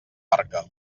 barca